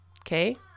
okay